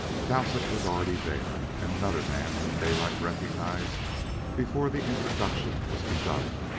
dowsett was already there, and another man whom daylight recognized before the introduction was begun.